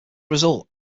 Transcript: result